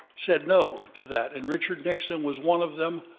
said no to that, and richard nixon was one of them.